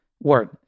word